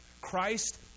Christ